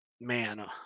Man